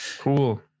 cool